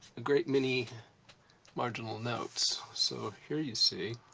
a great many marginal notes. so, here you see